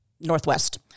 Northwest